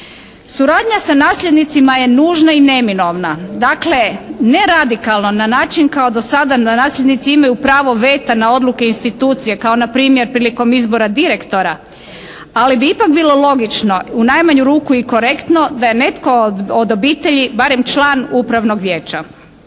Suradnja sa nasljednicima je nužna i neminovna, dakle ne radikalno na način kao do sada da nasljednici imaju pravo veta na odluke institucije kao npr. prilikom izbora direktora, ali bi ipak bilo logično u najmanju ruku i korektno da je netko od obitelji barem član upravnog vijeća.